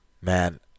Man